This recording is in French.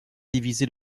divisé